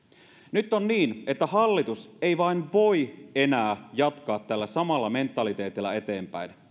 nyt on niin että hallitus ei vain voi enää jatkaa tällä samalla mentaliteetilla eteenpäin